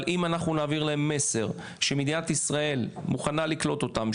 אבל אם אנחנו נעביר להם מסר שמדינת ישראל מוכנה לקלוט אותם,